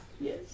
Yes